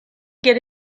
get